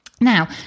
Now